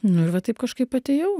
nu ir va taip kažkaip atėjau